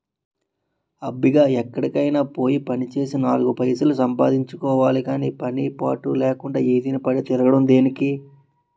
అబ్బిగా ఎక్కడికైనా పోయి పనిచేసి నాలుగు పైసలు సంపాదించుకోవాలి గాని పని పాటు లేకుండా ఈదిన పడి తిరగడం దేనికి?